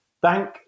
Bank